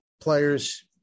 players